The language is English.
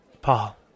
Paul